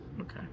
Okay